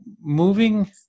moving